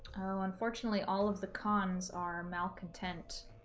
unfortunately all of the cons are malcontent